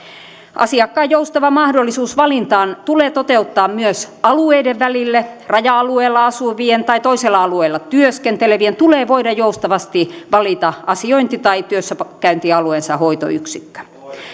asiakkaan joustava mahdollisuus valintaan tulee toteuttaa myös alueiden välille raja alueella asuvien tai toisella alueella työskentelevien tulee voida joustavasti valita asiointi tai työssäkäyntialueensa hoitoyksikkö